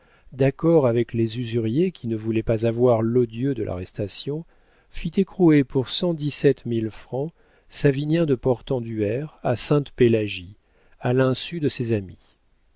d'accord avec les usuriers qui ne voulaient pas avoir l'odieux de l'arrestation fit écrouer pour cent dix-sept mille francs savinien de portenduère à sainte-pélagie à l'insu de ses amis